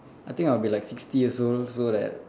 I think I'll be like sixty years old so like